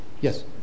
Yes